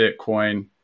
Bitcoin